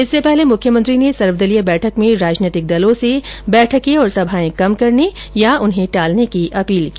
इससे पहले मुख्यमंत्री ने सर्वदलीय बैठक में राजनीतिक दलों से बैठकें और सभाएं कम करने या टालने की अपील की